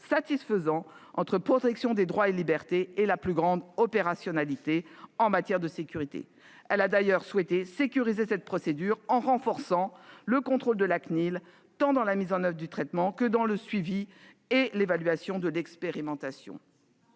satisfaisant entre la protection des droits et libertés et la plus grande opérationnalité en matière de sécurité. Elle a d'ailleurs souhaité sécuriser cette procédure en renforçant le contrôle assuré par la Cnil, tant dans la mise en oeuvre du traitement que dans le suivi et l'évaluation de l'expérimentation.